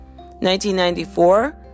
1994